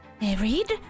married